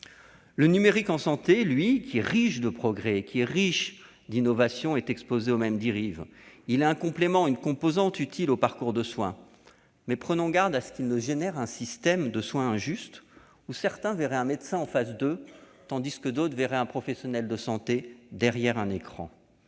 Le numérique dans le domaine de la santé, riche de progrès et d'innovations, est exposé aux mêmes dérives : il est un complément, une composante utile, au parcours de soins. Mais prenons garde à ce qu'il n'engendre pas un système de soins injuste, où certains verraient un médecin en face d'eux tandis que d'autres n'auraient droit qu'à un professionnel de santé derrière un écran.